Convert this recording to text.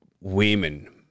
women